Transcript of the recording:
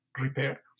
repair